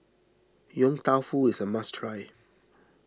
Yong Tau Foo is a must try